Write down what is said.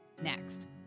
next